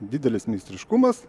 didelis meistriškumas